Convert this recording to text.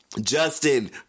Justin